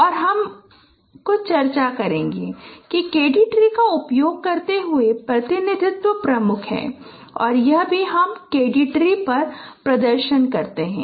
और हम कुछ चर्चा करेंगे के डी ट्री का उपयोग करते हुए प्रतिनिधित्व प्रमुख है और यह भी कि हम के डी ट्री पर प्रदर्शन करते हैं